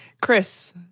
Chris